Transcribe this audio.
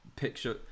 picture